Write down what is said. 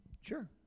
Sure